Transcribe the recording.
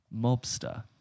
mobster